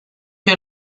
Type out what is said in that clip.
que